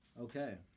Okay